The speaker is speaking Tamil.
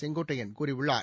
செங்கோட்டையன் கூறியுள்ளார்